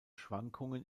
schwankungen